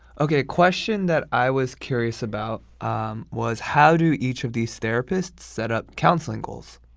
okay. a question that i was curious about um was how do each of these therapists set up counseling goals?